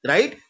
Right